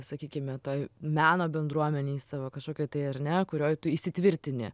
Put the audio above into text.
sakykime toj meno bendruomenėj savo kažkokioj tai ar ne kurioj tu įsitvirtini